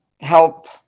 help